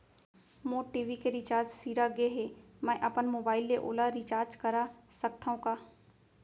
मोर TV के recharge सिरा गे हे, मैं अपन मोबाइल ले ओला रिचार्ज करा सकथव का?